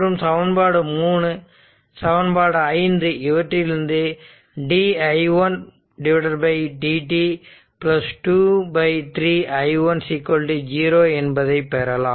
மற்றும் சமன்பாடு 3 சமன்பாடு 5 இவற்றிலிருந்து di1 dt 2 3 i1 0 என்பதை பெறலாம்